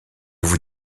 vous